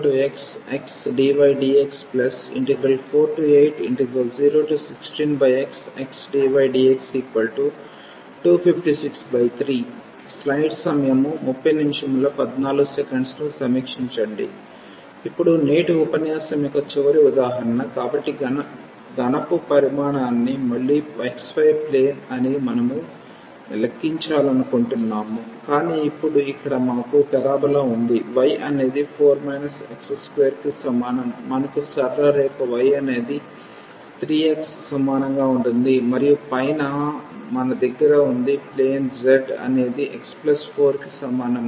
040xxdydx48016xxdydx2563 ఇప్పుడు నేటి ఉపన్యాసం యొక్క చివరి ఉదాహరణ కాబట్టి ఘనపు పరిమాణాన్ని మళ్లీ xy ప్లేన్ అని మేము లెక్కించాలనుకుంటున్నాము కానీ ఇప్పుడు ఇక్కడ మాకు పరబోలా ఉంది y అనేది 4 x2 కి సమానం మనకు సరళ రేఖ y అనేది 3x సమానంగా ఉంటుంది మరియు పైన మన దగ్గర ఉంది ప్లేన్ z అనేది x4 కి సమానం